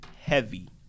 heavy